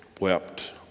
wept